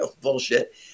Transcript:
Bullshit